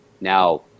now